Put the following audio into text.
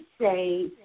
say